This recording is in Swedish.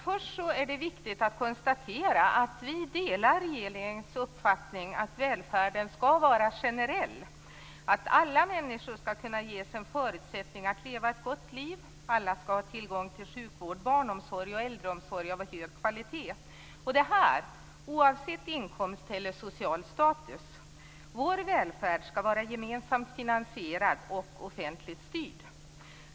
Först är det viktigt att konstatera att vi delar regeringens uppfattning att välfärden skall vara generell, att alla människor skall kunna ges en förutsättning att leva ett gott liv, att alla skall ha tillgång till sjukvård, barnomsorg och äldreomsorg av hög kvalitet - detta oavsett inkomst eller social status. Vår välfärd skall vara gemensamt finansierad och offentligt styrd.